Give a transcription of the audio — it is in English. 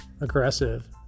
aggressive